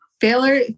failure